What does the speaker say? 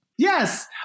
Yes